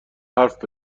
حرف